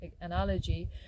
analogy